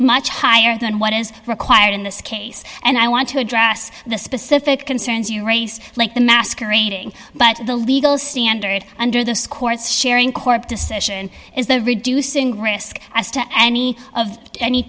much higher than what is required in this case and i want to address the specific concerns you race like the masquerading but the legal standard under the scores sharing court decision is the reducing risk as to any of any